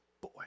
boy